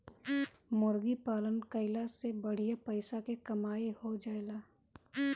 मुर्गी पालन कईला से बढ़िया पइसा के कमाई हो जाएला